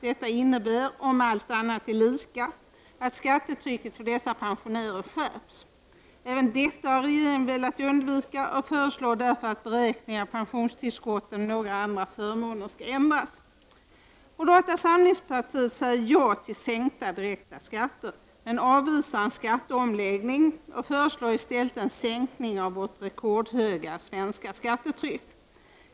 Detta innebär — om allt annat är oförändrat — att skattetrycket för dessa pensionärer skärps. Även detta har regeringen velat undvika och föreslår därför att beräkningen av pensionstillskotten och några andra förmåner skall ändras. Moderata samlingspartiet säger ja till sänkta direkta skatter men avvisar en skatteomläggning och föreslår i stället en sänkning av vårt rekordhöga svenska skattetryck.